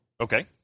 Okay